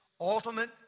ultimate